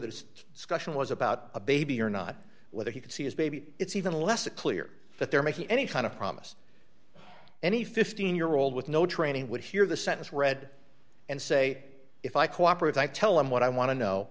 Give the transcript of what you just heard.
scutcheon was about a baby or not whether he could see his baby it's even less a clear that they're making any kind of promise any fifteen year old with no training would hear the sentence read and say if i cooperate i tell him what i want to know